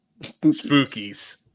spookies